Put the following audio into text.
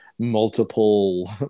multiple